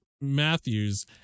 Matthews